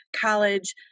college